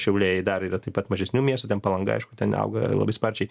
šiauliai dar yra taip pat mažesnių miestų ten palanga aišku ten auga labai sparčiai